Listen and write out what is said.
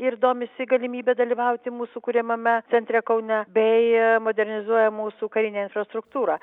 ir domisi galimybe dalyvauti mūsų kuriamame centre kaune bei modernizuoja mūsų karinę infrastruktūra